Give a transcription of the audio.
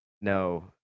No